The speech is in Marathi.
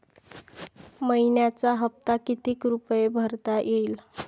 मइन्याचा हप्ता कितीक रुपये भरता येईल?